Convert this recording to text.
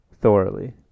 Thoroughly